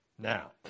Now